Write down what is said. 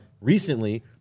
recently